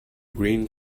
green